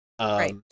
Right